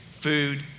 food